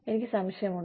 എനിക്ക് സംശയമുണ്ട്